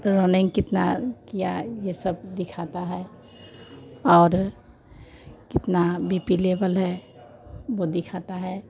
running कितना किया यह सब दिखाता है और कितना बी पी लेवल है वह दिखाता है